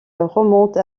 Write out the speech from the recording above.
remonte